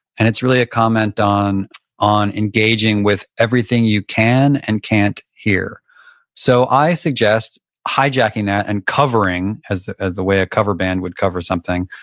and it's really a comment on on engaging with everything you can and can't hear so i suggest hijacking that and covering, as as a way a cover band would cover something.